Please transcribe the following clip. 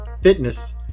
fitness